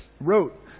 wrote